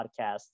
podcast